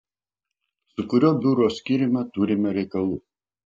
su kuriuo biuro skyriumi turime reikalų